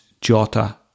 Jota